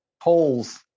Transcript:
holes